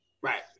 Right